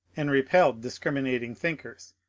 and repelled discriminating thinkers,